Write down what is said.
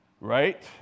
right